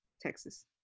Texas